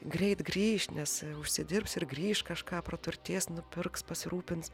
greit grįš nes užsidirbs ir grįš kažką praturtės nupirks pasirūpins